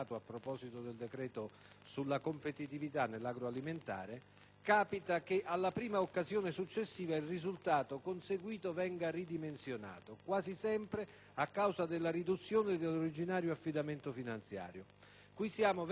qualche modesta attenzione, capita che alla prima occasione successiva il risultato conseguito venga ridimensionato, quasi sempre a causa della riduzione dell'originario affidamento finanziario. Qui siamo all'inverosimile: